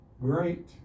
Great